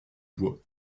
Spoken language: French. bois